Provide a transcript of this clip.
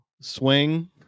swing